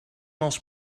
els